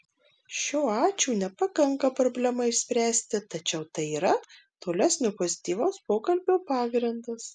šio ačiū nepakanka problemai išspręsti tačiau tai yra tolesnio pozityvaus pokalbio pagrindas